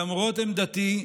למרות עמדתי,